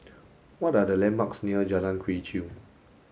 what are the landmarks near Jalan Quee Chew